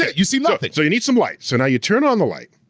yeah you see nothing. so you need some light, so now you turn on the light,